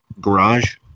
garage